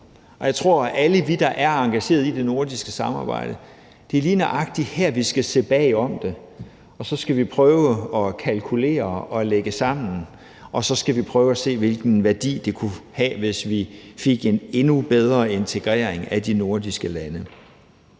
Jeg tror, at alle vi, der er engageret i det nordiske samarbejde, lige nøjagtig her skal se bag om det, og så skal vi prøve at kalkulere og lægge sammen, og så skal vi prøve at se, hvilken værdi det kunne have, hvis vi fik en endnu bedre integrering af de nordiske lande.